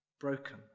broken